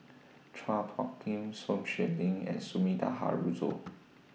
Chua Phung Kim Sun Xueling and Sumida Haruzo